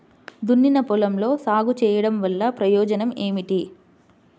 దున్నిన పొలంలో సాగు చేయడం వల్ల ప్రయోజనం ఏమిటి?